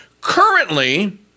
Currently